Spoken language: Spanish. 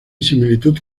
similitud